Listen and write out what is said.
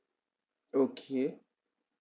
okay